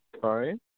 Sorry